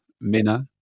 Mina